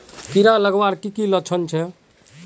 कीड़ा लगवार की की लक्षण छे?